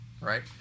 Right